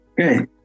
Okay